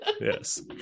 yes